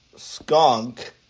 Skunk